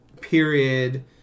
period